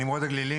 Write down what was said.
נמרוד הגלילי,